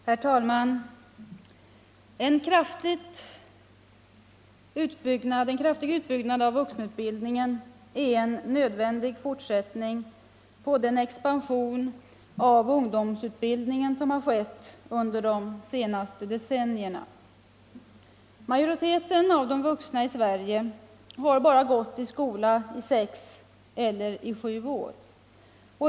Herr talman! En kraftig utbyggnad av vuxenutbildningen är en nödvändig fortsättning på den expansion av ungdomsutbildningen som har skett under de senaste decennierna. Majoriteten av de vuxna i Sverige har bara gått i skolan sex eller sju år.